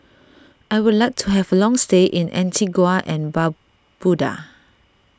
I would like to have a long stay in Antigua and Barbuda